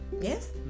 yes